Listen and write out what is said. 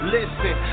Listen